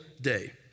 day